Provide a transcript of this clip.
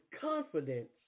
confidence